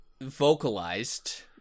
vocalized